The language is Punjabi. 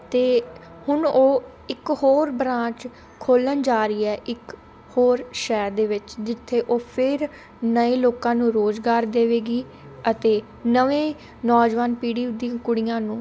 ਅਤੇ ਹੁਣ ਉਹ ਇੱਕ ਹੋਰ ਬ੍ਰਾਂਚ ਖੋਲ੍ਹਣ ਜਾ ਰਹੀ ਹੈ ਇੱਕ ਹੋਰ ਸ਼ਹਿਰ ਦੇ ਵਿੱਚ ਜਿੱਥੇ ਉਹ ਫਿਰ ਨਏ ਲੋਕਾਂ ਨੂੰ ਰੁਜ਼ਗਾਰ ਦੇਵੇਗੀ ਅਤੇ ਨਵੇਂ ਨੌਜਵਾਨ ਪੀੜ੍ਹੀ ਦੀ ਕੁੜੀਆਂ ਨੂੰ